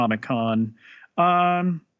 comic-con